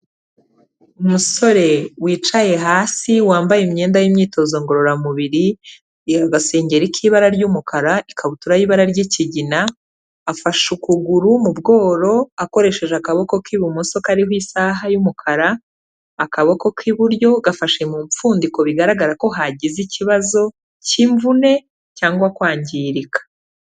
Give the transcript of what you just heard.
Umusore wicaye hasi wambaye imyenda y'imyitozo ngororamubiri, agasengeri k'ibara ry'umukara ikabutura y'ira ry'ikigina, afashe ukuguru mu bworo akoresheje akaboko k'ibumoso kariho isaha y'umukara, akaboko k'iburyo gafashe mu mpfundiko bigaragara ko hagize ikibazo cy'imvune cyangwa kwangirika.